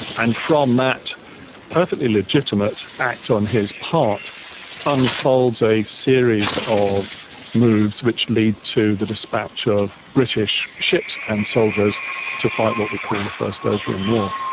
and from that perfectly legitimate act on his part unfolds a series of moves which lead to the dispatch of the british ships and soldiers to fight what we call the first opium war.